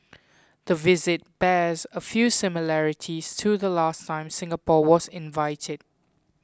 the visit bears a few similarities to the last time Singapore was invited